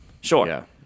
Sure